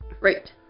right